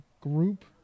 group